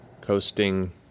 coasting